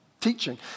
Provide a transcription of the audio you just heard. teaching